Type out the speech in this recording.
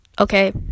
Okay